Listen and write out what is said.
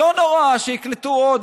לא נורא, שיקלטו עוד.